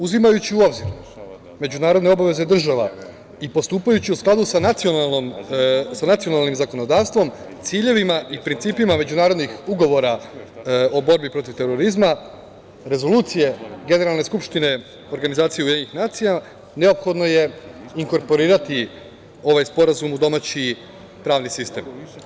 Uzimajući u obzir međunarodne obaveze država i postupajući u skladu sa nacionalnim zakonodavstvom, ciljevima i principima međunarodnih ugovora o borbi protiv terorizma Rezolucije Generalne skupštine Organizacije UN, neophodno je inkorporirati ovaj sporazum u domaći pravni sistem.